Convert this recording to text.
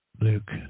Luke